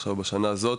עכשיו בשנה הזו,